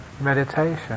meditation